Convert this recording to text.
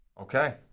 Okay